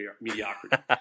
mediocrity